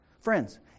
Friends